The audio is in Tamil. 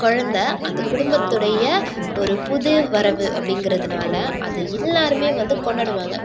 குழந்த அந்த குடும்பத்துடைய ஒரு புது வரவு அப்படிங்கிறதுனால அதை எல்லாருமே வந்து கொண்டாடுவாங்க